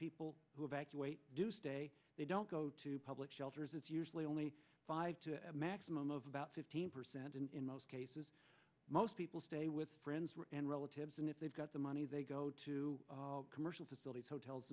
people who evacuated do stay they don't go to public shelters it's usually only five to a maximum of about fifteen percent and in most cases most people stay with friends and relatives and if they've got the money they go to commercial facilities hotels